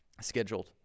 scheduled